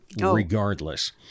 regardless